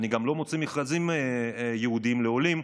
אני גם לא מוציא מכרזים ייעודיים לעולים,